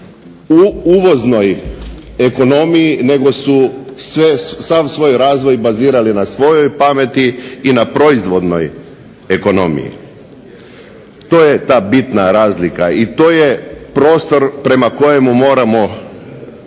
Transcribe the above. u uvoznoj ekonomiji nego su sav svoj razvoj bazirali na svojoj pameti i na proizvodnoj ekonomiji. To je ta bitna razlika i to je prostor prema kojemu moramo